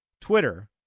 Twitter